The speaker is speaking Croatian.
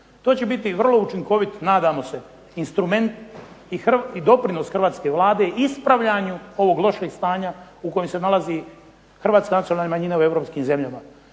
To će biti vrlo učinkovit, nadamo se, instrument i doprinos Hrvatske vlade ispravljanju ovog lošeg stanja u kojem se nalazi Hrvatska nacionalna manjina u Europskim zemljama.